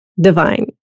divine